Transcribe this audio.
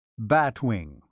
Batwing